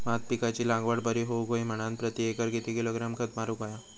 भात पिकाची लागवड बरी होऊक होई म्हणान प्रति एकर किती किलोग्रॅम खत मारुक होया?